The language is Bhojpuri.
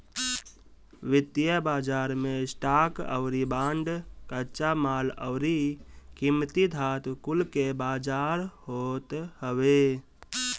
वित्तीय बाजार मे स्टॉक अउरी बांड, कच्चा माल अउरी कीमती धातु कुल के बाजार होत हवे